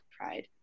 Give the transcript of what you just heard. pride